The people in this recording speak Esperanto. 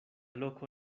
loko